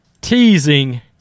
Teasing